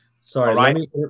Sorry